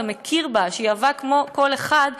אתה מכיר בה שהיא אהבה כמו כל אחד,